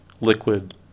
liquid